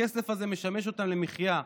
הכסף הזה משמש אותם למחיה,